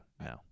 No